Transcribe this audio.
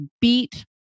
beat –